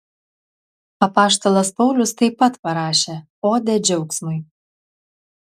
apaštalas paulius taip pat parašė odę džiaugsmui